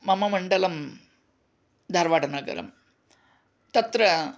मम मण्डलं धारवाड् नगरं तत्र